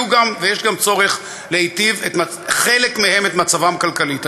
יש גם צורך להיטיב את מצבם הכלכלי של חלק מהם,